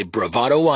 Bravado